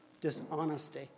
dishonesty